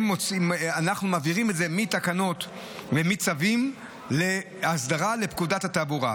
אנחנו מעבירים את זה מתקנות ומצווים לאסדרה לפקודת התעבורה.